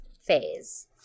phase